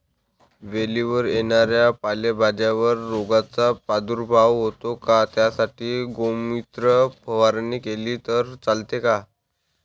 वेलीवर येणाऱ्या पालेभाज्यांवर रोगाचा प्रादुर्भाव होतो का? त्यासाठी गोमूत्र फवारणी केली तर चालते का?